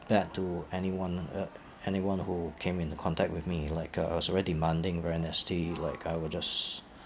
bad to anyone uh anyone who came in contact with me like uh I was very demanding very nasty like I will just